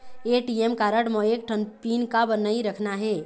ATM card म एक ठन पिन काबर नई रखना हे?